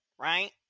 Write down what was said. Right